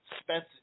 Spence